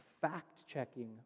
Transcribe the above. fact-checking